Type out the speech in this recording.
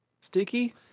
Sticky